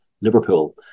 Liverpool